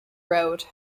road